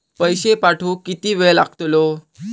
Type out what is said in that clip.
पैशे पाठवुक किती वेळ लागतलो?